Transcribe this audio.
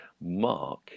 mark